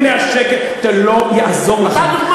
הנה השקר, לא יעזור לכם.